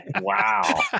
Wow